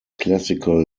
classical